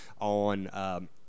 on